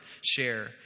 share